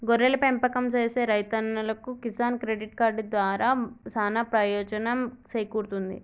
గొర్రెల పెంపకం సేసే రైతన్నలకు కిసాన్ క్రెడిట్ కార్డు దారా సానా పెయోజనం సేకూరుతుంది